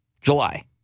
July